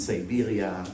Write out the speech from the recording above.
Siberia